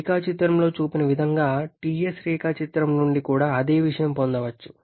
రేఖాచిత్రంలో చూపిన విధంగా Ts రేఖాచిత్రం నుండి కూడా అదే విషయం పొందవచ్చు